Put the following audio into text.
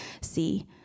see